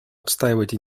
отстаивать